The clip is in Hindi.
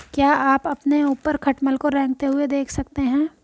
क्या आप अपने ऊपर खटमल को रेंगते हुए देख सकते हैं?